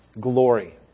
glory